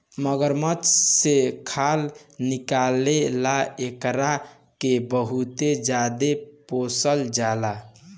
मगरमच्छ से खाल निकले ला एकरा के बहुते ज्यादे पोसल जाला